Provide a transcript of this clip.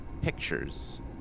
pictures